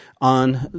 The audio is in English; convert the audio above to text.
on